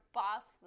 boss